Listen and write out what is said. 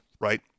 right